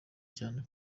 cyane